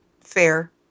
Fair